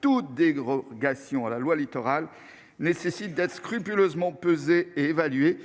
toute dérogation à celle-ci nécessitant d'être scrupuleusement pesée et évaluée.